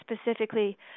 specifically